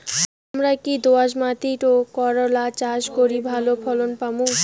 হামরা কি দোয়াস মাতিট করলা চাষ করি ভালো ফলন পামু?